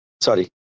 sorry